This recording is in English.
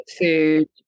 food